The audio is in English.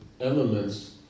elements